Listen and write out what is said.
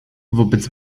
wobec